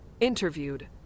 Interviewed